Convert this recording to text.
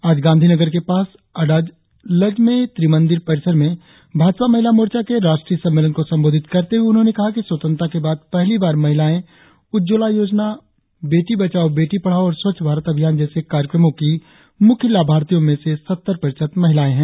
आज गांधी नगर के पास अडालज में त्रिमंदिर परिसर में भाजपा महिला मोर्चा के राष्ट्रीय सम्मेलन को संबोधित करते हुए उन्होंने कहा कि स्वतंत्रता के बाद पहली बार महिलायें उज्जवला योजना बेटी बचाओ बेटी पढ़ाओ और स्वच्छ भारत अभियान जैसे कार्यक्रमो की मुख्य लाभार्थीयो में से सत्तर प्रतिशत महिलायें हैं